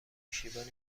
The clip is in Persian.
پشتیبان